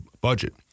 budget